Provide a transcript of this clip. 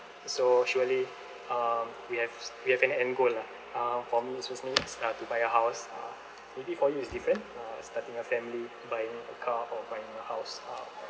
so surely um we have we have an end goal lah uh for me personally is uh to buy a house uh maybe for you is different uh starting a family buying a car or buying a house uh